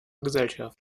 gesellschaft